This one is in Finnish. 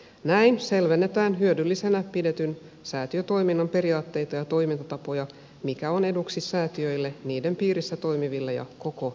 näin selvennetään hyödyllisenä pidetyn säätiötoiminnan periaatteita ja toimintatapoja mikä on eduksi säätiöille niiden piirissä toimiville ja koko yhteiskunnalle